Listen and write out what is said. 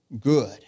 good